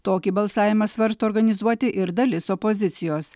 tokį balsavimą svarsto organizuoti ir dalis opozicijos